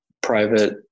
private